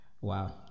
Wow